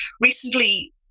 recently